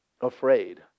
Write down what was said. afraid